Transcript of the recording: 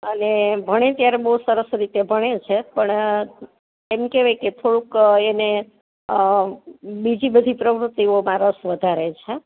અને ભણે ત્યારે બહુ સરસ રીતે ભણે છે પણ એમ કહેવાય કે થોડુંક એને બીજી બધી પ્રવૃતિઓમાં રસ વધારે છે